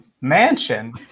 mansion